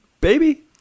baby